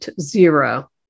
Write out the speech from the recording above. zero